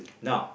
now